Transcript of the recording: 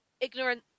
ignorant